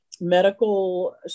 medical